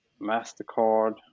MasterCard